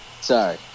sorry